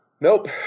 Nope